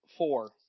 Four